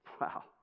Wow